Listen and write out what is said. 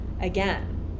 again